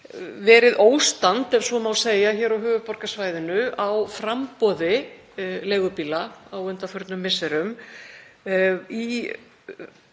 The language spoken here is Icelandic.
verið óstand, ef svo má segja, á höfuðborgarsvæðinu á framboði leigubíla á undanförnum misserum.